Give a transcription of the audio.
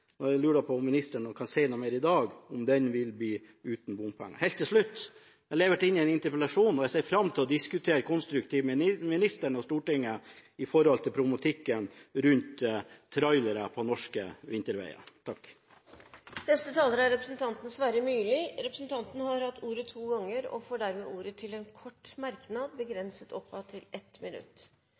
og jeg lurer på om ministeren kan si noe i dag om hvorvidt veien vil bli uten bompenger. Helt til slutt: Jeg har levert inn en interpellasjon, og jeg ser fram til å diskutere konstruktivt med ministeren og Stortinget når det gjelder problematikken med trailere på norske vinterveier. Representanten Sverre Myrli har hatt ordet to ganger og får ordet til en kort merknad, begrenset til 1 minutt.